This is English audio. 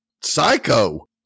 psycho